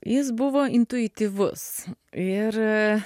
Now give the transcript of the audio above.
jis buvo intuityvus ir